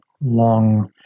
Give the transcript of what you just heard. long